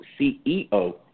CEO